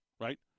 right